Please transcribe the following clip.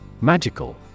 Magical